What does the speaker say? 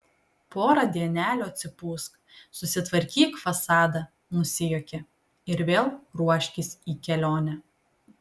porą dienelių atsipūsk susitvarkyk fasadą nusijuokė ir vėl ruoškis į kelionę